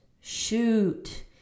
Shoot